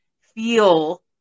feel